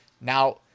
Now